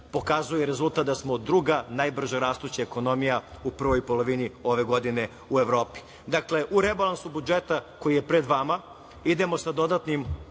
pokazuje rezultat da smo druga najbrže rastuća ekonomija u prvoj polovini ove godine u Evropi. Dakle, u rebalansu budžeta koji je pred vama idemo sa dodatnim